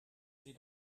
sie